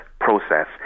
process